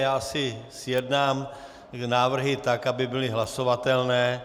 Já si zjednám návrhy tak, aby byly hlasovatelné.